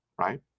right